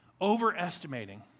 overestimating